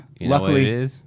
luckily